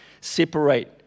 separate